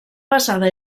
basada